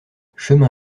chemin